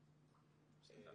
(שקף: